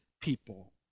people